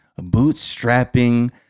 bootstrapping